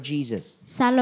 Jesus